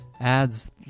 Ads